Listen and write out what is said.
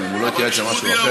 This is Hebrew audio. אם הוא לא התייעץ זה משהו אחר,